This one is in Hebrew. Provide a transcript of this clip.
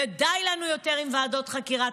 ודי לנו עם ועדות חקירה.